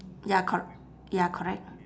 ya cor~ ya correct